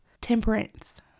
temperance